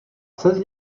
ses